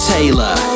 Taylor